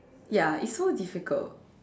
ya it's so difficult